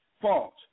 fault